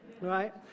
right